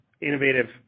innovative